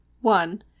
one